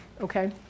okay